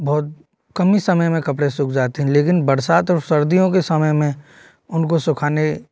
बहुत कम ही समय में कपड़े सूख जाते हैं लेकिन बरसात और सर्दियों के समय में उनको सुखाने